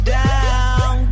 down